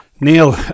Neil